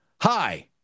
Hi